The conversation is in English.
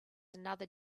another